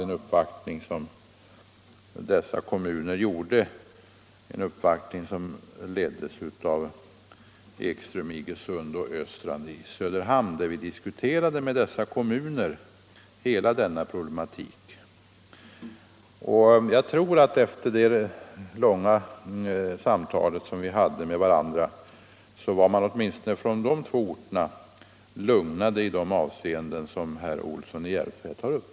Den uppvaktningen leddes av herr Ekström i Iggesund och herr Östrand i Söderhamn, och då diskuterade vi hela denna problematik med företrädarna för nämnda kommuner. Jag tror att efter det långa samtal som vi då hade med varandra blev man åtminstone från de två orterna lugnade i de avseenden som herr Olsson i Järvsö här har tagit upp.